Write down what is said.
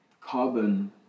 carbon